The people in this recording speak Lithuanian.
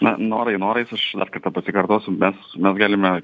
na norai norais aš dar kartą pasikartosiu mes mes galime